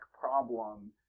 problem